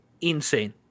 Insane